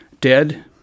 dead